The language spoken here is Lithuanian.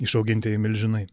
išauginti milžinai